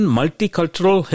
Multicultural